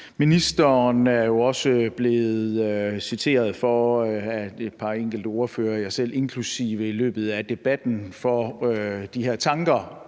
Ministeren er jo også blevet citeret af et par enkelte ordførere, mig selv inklusive, i løbet af debatten for de her tanker